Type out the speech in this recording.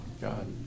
God